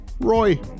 Roy